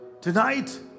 Tonight